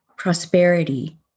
Prosperity